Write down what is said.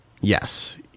yes